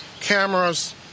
cameras